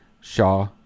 Shaw